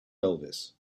elvis